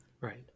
Right